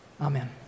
Amen